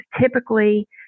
typically